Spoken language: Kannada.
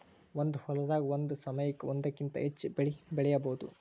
ಒಂದ ಹೊಲದಾಗ ಒಂದ ಸಮಯಕ್ಕ ಒಂದಕ್ಕಿಂತ ಹೆಚ್ಚ ಬೆಳಿ ಬೆಳಿಯುದು